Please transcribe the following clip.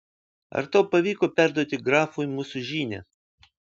ar tau pavyko perduoti grafui mūsų žinią